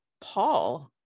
Paul